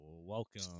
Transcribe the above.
Welcome